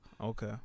Okay